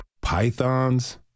Pythons